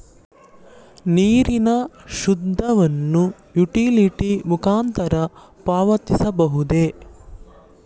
ನೀರಿನ ಶುಲ್ಕವನ್ನು ಯುಟಿಲಿಟಿ ಮುಖಾಂತರ ಪಾವತಿಸಬಹುದೇ?